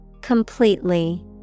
Completely